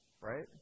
Right